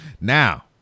Now